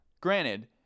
granted